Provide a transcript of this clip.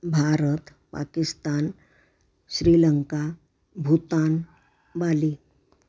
Bharat Pakistan Sri Lanka Bhutan Bali